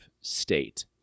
state